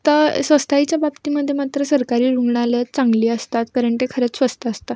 त स्वस्ताईच्या बाबतीमध्ये मात्र सरकारी रुग्णालयं चांगली असतात कारण ते खरंच स्वस्त असतात